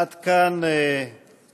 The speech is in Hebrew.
עד כאן הדיון